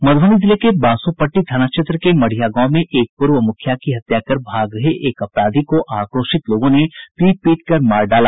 मधुबनी जिले के बासोपट्टी थाना क्षेत्र के मढ़िया गांव में एक पूर्व मुखिया की हत्या कर भाग रहे एक अपराधी को आक्रोशित लोगों ने पीट पीट कर मार डाला